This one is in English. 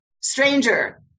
stranger